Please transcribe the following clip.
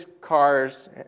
cars